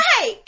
Hey